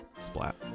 splat